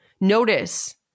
Notice